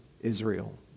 Israel